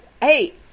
hey